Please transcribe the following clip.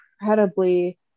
incredibly